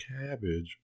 cabbage